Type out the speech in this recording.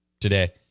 today